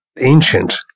Ancient